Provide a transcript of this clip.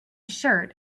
shirt